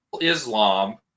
Islam